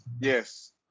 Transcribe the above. Yes